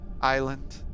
island